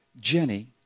Jenny